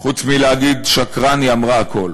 חוץ מלהגיד שקרן היא אמרה הכול.